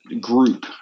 group